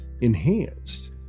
enhanced